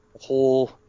whole